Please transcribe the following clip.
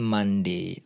Monday